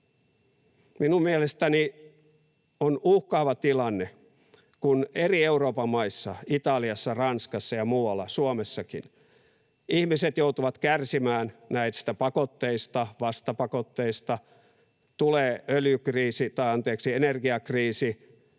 Minun mielestäni on uhkaava tilanne, kun eri Euroopan maissa — Italiassa, Ranskassa ja muualla, Suomessakin — ihmiset joutuvat kärsimään näistä pakotteista, vastapakotteista, tulee energiakriisi